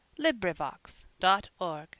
LibriVox.org